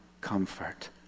comfort